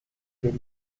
per